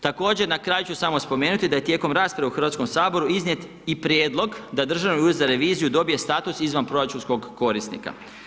Također, na kraju ću samo spomenuti, da je tijekom rasprava u Hrvatskom saboru, iznijet i prijedlog da Državni ured za reviziju dobije status izvanproračunskog korisnika.